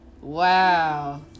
Wow